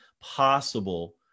possible